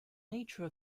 nature